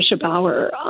Bauer